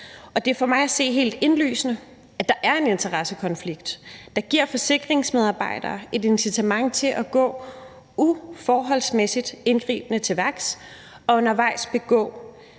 det er for mig at se helt indlysende, at der er en interessekonflikt, der giver forsikringsmedarbejdere et incitament til at gå uforholdsmæssig indgribende til værks og undervejs begå